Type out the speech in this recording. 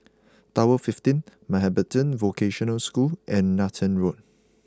Tower Fifteen Mountbatten Vocational School and Nathan Road